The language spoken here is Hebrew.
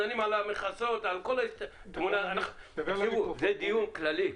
זה דיון כללי.